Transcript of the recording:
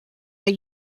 are